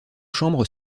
chambres